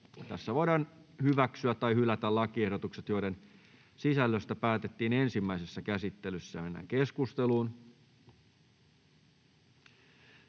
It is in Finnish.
käsittelyssä hyväksyä tai hylätä lakiehdotus, jonka sisällöstä päätettiin ensimmäisessä käsittelyssä. Lopuksi päätetään